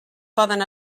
poden